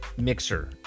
mixer